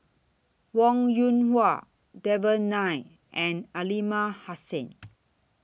Wong Yoon Wah Devan Nair and Aliman Hassan